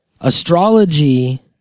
Astrology